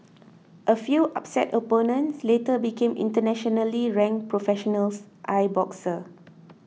a few upset opponents later became internationally ranked professional l boxers